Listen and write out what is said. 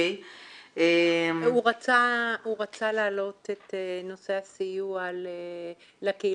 הוא רצה להעלות את נושא הסיוע לקהילה הלהט"בית.